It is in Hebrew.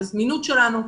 בזמינות שלנו.